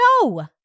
No